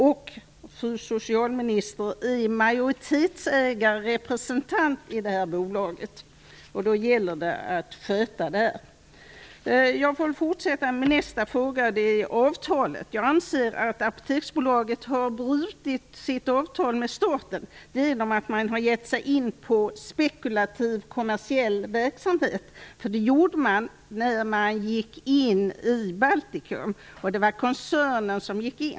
Fru socialminister är majoritetsägarrepresentant i detta bolag, och det gäller det att sköta det. Jag fortsätter med nästa fråga som gäller avtalet. Jag anser att Apoteksbolaget har brutit sitt avtal med staten genom att ge sig in i spekulativ kommersiell verksamhet, vilket var vad man gjorde när man gick in i Baltikum. Det var koncernen som gjorde detta.